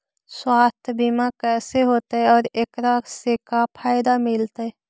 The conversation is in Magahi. सवासथ बिमा कैसे होतै, और एकरा से का फायदा मिलतै?